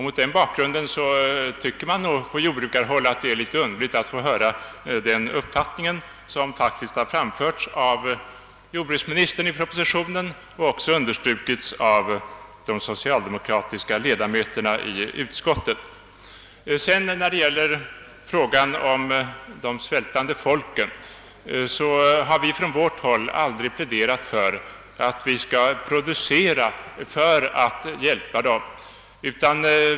Mot den bakgrunden tycker man nog på jordbrukarhåll att det är litet underligt att jordbruksministern har den uppfattning, som han gett till känna i propositionen och som understrukits av de socialdemokratiska utskottsledamöterna. När det gäller de svältande folken har vi från vårt håll aldrig pläderat för att vi skulle producera för att di rekt hjälpa dessa folk.